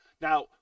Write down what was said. now